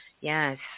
Yes